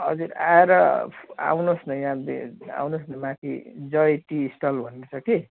हजुर आएर आउनुहोस् न यहाँ बि आउनुहोस् न माथि जय टी स्टल भन्ने छ कि